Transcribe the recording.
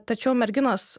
tačiau merginos